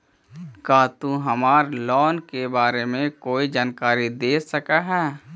का तु हमरा लोन के बारे में कोई जानकारी दे सकऽ हऽ?